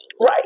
Right